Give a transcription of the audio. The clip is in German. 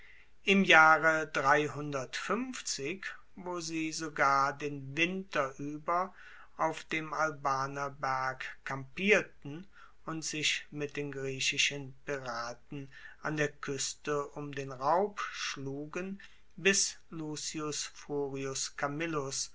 im jahre wo sie sogar den winter ueber auf dem albaner berg kampierten und sich mit den griechischen piraten an der kueste um den raub schlugen